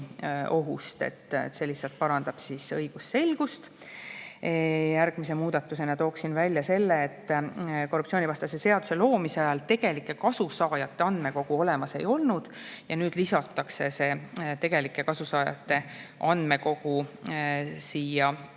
[muudatus] lihtsalt parandab õigusselgust. Järgmise muudatusena toon välja selle, et korruptsioonivastase seaduse loomise ajal tegelike kasusaajate andmekogu olemas ei olnud ja nüüd lisatakse tegelike kasusaajate andmekogu siia